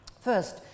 First